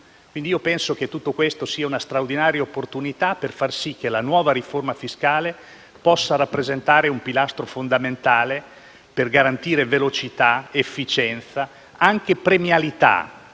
Ritengo pertanto che tutto questo sia una straordinaria opportunità per far sì che la nuova riforma fiscale possa rappresentare un pilastro fondamentale per garantire velocità, efficienza e anche premialità